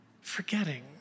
forgetting